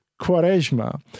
Quaresma